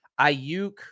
Ayuk